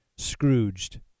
Scrooged